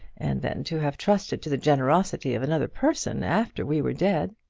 and then to have trusted to the generosity of another person after we were dead.